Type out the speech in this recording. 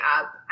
up